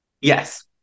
Yes